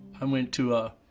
i went to a,